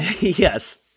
yes